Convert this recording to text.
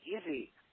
easy